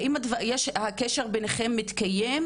האם הקשר ביניכם מתקיים,